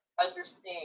understand